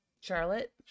charlotte